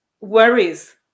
worries